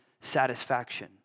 satisfaction